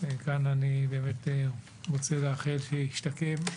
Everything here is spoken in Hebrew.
כאן אני באמת רוצה לאחל שישתקם,